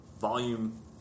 volume